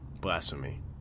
Blasphemy